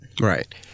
Right